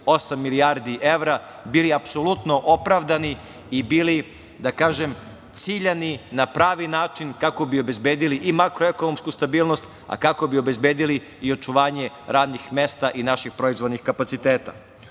milijardi evra, bili apsolutno opravdani i bili ciljani na pravi način kako bi obezbedili i makroekonomsku stabilnost, a kako bi obezbedili i očuvanje radnih mesta i naših proizvodnih kapaciteta. Ono